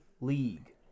league